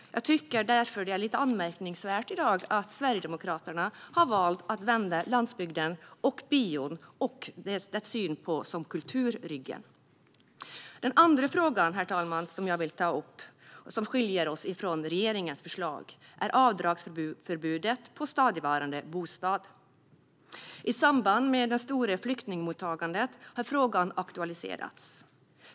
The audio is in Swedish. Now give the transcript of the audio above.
Jag tycker därför att det är lite anmärkningsvärt i dag att Sverigedemokraterna har valt att vända landsbygden och bion ryggen - det handlar om synen på bio som kultur. Den andra frågan, herr talman, som jag vill ta upp och där vi skiljer oss i förhållande till regeringens förslag gäller avdragsförbudet för stadigvarande bostad. I samband med det stora flyktingmottagandet har frågan aktualiserats.